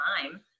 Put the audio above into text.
time